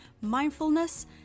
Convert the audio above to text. mindfulness